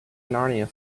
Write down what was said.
narnia